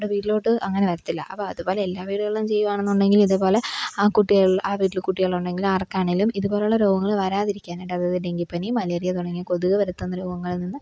നമ്മുടെ വീട്ടിലോട്ട് അങ്ങനെ വരത്തില്ല അപ്പം അത് പോലെ എല്ലാ വീടുകളിലും ചെയ്യുവാണെന്നുണ്ടെങ്കില് ഇതേപോലെ ആ കുട്ടികളെ ആ വീട്ടിൽ കുട്ടികള് ഉണ്ടെങ്കിൽ ആര്ക്കാണേലും ഇതേപോലുള്ള രോഗങ്ങള് വരാതിരിക്കാനായിട്ട് അതായത് ഡെങ്കിപ്പനി മലേറിയ തുടങ്ങിയ കൊതുക് പരത്തുന്ന രോഗങ്ങളില് നിന്ന്